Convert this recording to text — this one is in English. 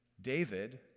David